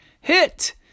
Hit